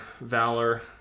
Valor